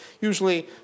usually